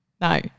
No